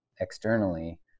externally